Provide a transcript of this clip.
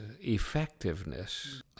effectiveness